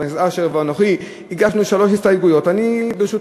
חבר הכנסת אשר ואנוכי הגשנו שלוש הסתייגות,